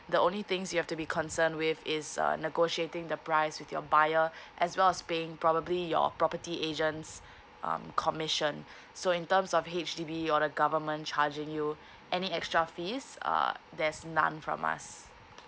the only things you have to be concerned with is uh negotiating the price with your buyer as well as paying probably your property agents um commission so in terms of H_D_B or the government charging you any extra fees uh there's none from us